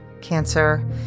cancer